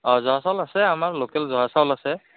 অঁ জহা চাউল আছে আমাৰ লোকেল জহা চাউল আছে